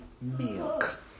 milk